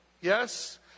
yes